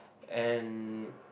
and